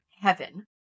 heaven